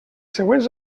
següents